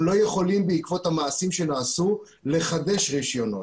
הם לא יכולים בעקבות המעשים שנעשו לחדש רישיונות.